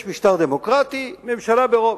יש משטר דמוקרטי, ממשלה ברוב,